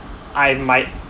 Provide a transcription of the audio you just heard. I might